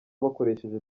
bakoresheje